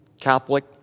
Catholic